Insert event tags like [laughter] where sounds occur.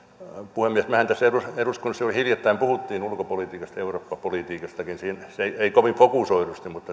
puhemies mehän tässä eduskunnassa juuri hiljattain puhuimme ulkopolitiikasta ja eurooppa politiikastakin emme kovin fokusoidusti mutta [unintelligible]